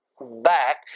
back